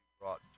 brought